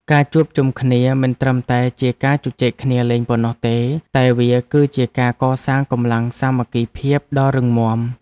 ការជួបជុំគ្នាមិនត្រឹមតែជាការជជែកគ្នាលេងប៉ុណ្ណោះទេ តែវាគឺជាការកសាងកម្លាំងសាមគ្គីភាពដ៏រឹងមាំ។